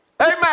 Amen